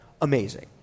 amazing